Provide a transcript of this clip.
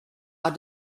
are